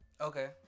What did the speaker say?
Okay